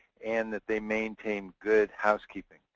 and that they maintain good housekeeping.